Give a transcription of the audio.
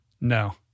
No